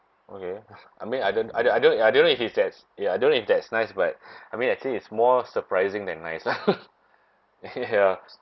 okay I mean I don't I don't I don't I don't know if he sa~ that's ya I don't know if that's nice but I mean actually it's more surprising than nice lah ya